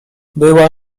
była